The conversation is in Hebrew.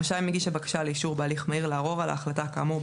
רשאי מגיש הבקשה לאישור בהליך מהיר לערור על החלטה כאמור,